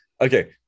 Okay